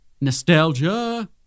Nostalgia